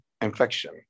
infection